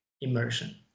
immersion